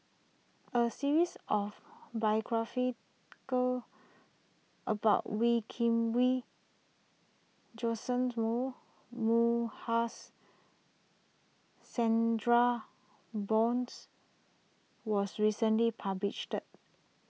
a series of biograph go about Wee Kim Wee Johnson's Moo Moo Chandra Bose was recently published